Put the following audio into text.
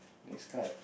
makes card